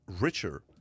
richer